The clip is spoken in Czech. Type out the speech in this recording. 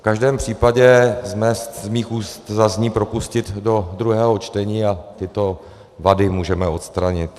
V každém případě dnes z mých úst zazní propustit do druhého čtení a tyto vady můžeme odstranit.